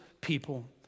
people